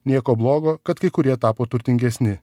nieko blogo kad kai kurie tapo turtingesni